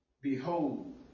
Behold